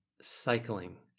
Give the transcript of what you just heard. cycling